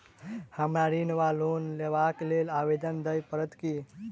हमरा ऋण वा लोन लेबाक लेल आवेदन दिय पड़त की?